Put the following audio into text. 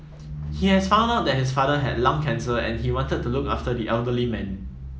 he had found out that his father had lung cancer and he wanted to look after the elderly man